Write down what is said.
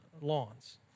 lawns